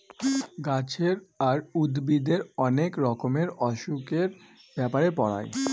গাছের আর উদ্ভিদের অনেক রকমের অসুখের ব্যাপারে পড়ায়